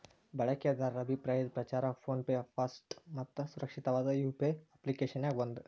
ಬಳಕೆದಾರರ ಅಭಿಪ್ರಾಯದ್ ಪ್ರಕಾರ ಫೋನ್ ಪೆ ಫಾಸ್ಟ್ ಮತ್ತ ಸುರಕ್ಷಿತವಾದ ಯು.ಪಿ.ಐ ಅಪ್ಪ್ಲಿಕೆಶನ್ಯಾಗ ಒಂದ